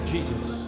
Jesus